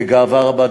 ובגאווה רבה,